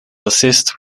assist